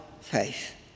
faith